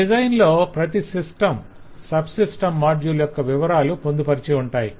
ఈ డిజైన్ లో ప్రతి సిస్టమ్ సబ్ సిస్టమ్ మాడ్యూల్ యొక్క వివరాలు పొందుపరచి ఉంటాయి